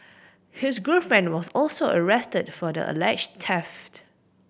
his girlfriend was also arrested for the alleged theft